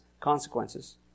consequences